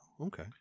Okay